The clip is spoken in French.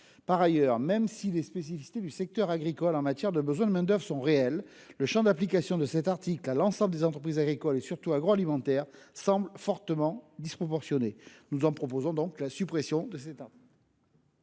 Par ailleurs, même si les spécificités du secteur agricole en matière de besoin de main-d'oeuvre sont réelles, l'extension du champ d'application de cet article à l'ensemble des entreprises agricoles et agroalimentaires semble fortement disproportionnée. Nous proposons donc de supprimer cet article.